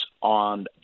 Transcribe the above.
on